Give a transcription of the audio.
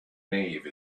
nave